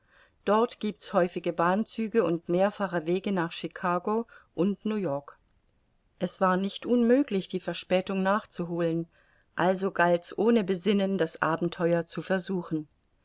dort giebt's häufige bahnzüge und mehrfache wege nach chicago und new-york es war nicht unmöglich die verspätung nachzuholen also galt's ohne besinnen das abenteuer zu versuchen